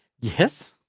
Yes